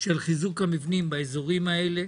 של חיזוק המבנים באזורים האלה.